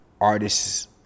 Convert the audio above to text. artists